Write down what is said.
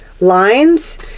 lines